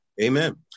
Amen